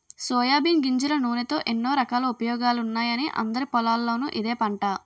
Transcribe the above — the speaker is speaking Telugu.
సోయాబీన్ గింజల నూనెతో ఎన్నో రకాల ఉపయోగాలున్నాయని అందరి పొలాల్లోనూ ఇదే పంట